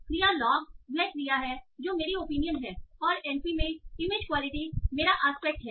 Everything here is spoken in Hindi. क्रिया लॉग वह क्रिया है जो मेरी ओपिनियन है और एन पी में इमेज क्वालिटी मेरा अस्पेक्ट है